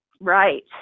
Right